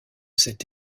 cet